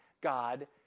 God